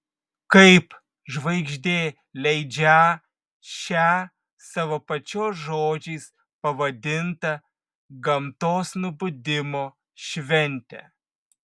kaip žvaigždė leidžią šią savo pačios žodžiais pavadintą gamtos nubudimo šventę